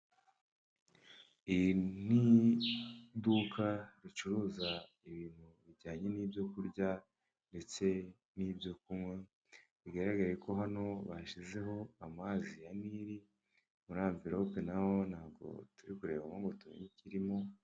Iri ni iduka ricuruza ibintu bijyanye n'ibyokurya ndetse n'ibyokunywa, bigaragareko hano bashizeho amazi ya nili muri avilope Hano ntago turi kurebamo ngo tumenye ikirimo.